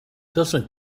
doesn’t